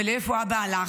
ולאיפה אבא הלך,